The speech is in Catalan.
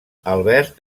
albert